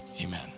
amen